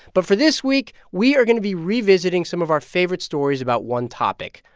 but for this week, we are going to be revisiting some of our favorite stories about one topic,